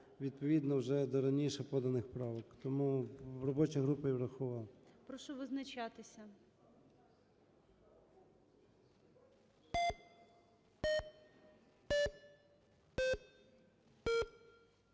відповідно, вже до раніше поданих правок. Тому робоча група її врахувала. ГОЛОВУЮЧИЙ. Прошу визначатися.